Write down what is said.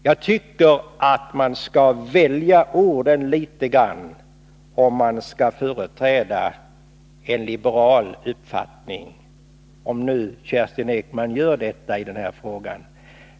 Jag tycker att man skall välja orden litet när man företräder en liberal uppfattning — om Kerstin Ekman gör det i denna fråga.